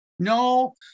No